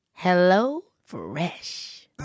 HelloFresh